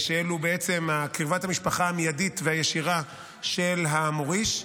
שאלו קרבת המשפחה המיידית והישירה של המוריש: